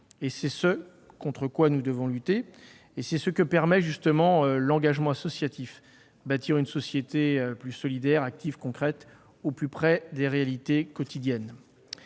C'est ce contre quoi nous devons lutter et c'est ce que permet justement l'engagement associatif : bâtir une société plus solidaire, active, concrète, au plus près des réalités quotidiennes.